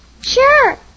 Sure